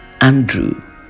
Andrew